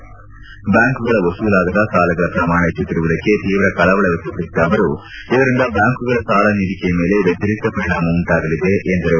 ಬ್ಡಾಂಕುಗಳ ವಸೂಲಿಯಾಗದ ಸಾಲಗಳ ಪ್ರಮಾಣ ಹೆಚ್ಚುತ್ತಿರುವುದಕ್ಕೆ ತೀವ್ರ ಕಳವಳ ವ್ಯಕ್ಷಪಡಿಸಿದ ಅವರು ಇದರಿಂದ ಬ್ಯಾಂಕ್ಗಳ ಸಾಲ ನೀಡಿಕೆಯ ಮೇಲೆ ವ್ಯತಿರಿಕ್ತ ಪರಿಣಾಮ ಉಂಟಾಗಳಿದೆ ಎಂದರು